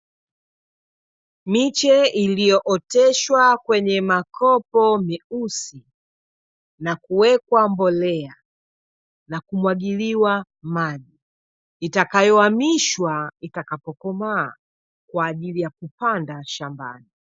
Miche iliyooteshwa kwenye makopo meusi, na kuwekwa mbolea, na kumwagiliwa maji, itakayohamishwa itakapokomaa kwa ajili ya kupanda shambani.